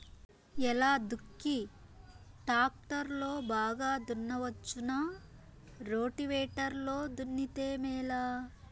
ఎలా దుక్కి టాక్టర్ లో బాగా దున్నవచ్చునా రోటివేటర్ లో దున్నితే మేలా?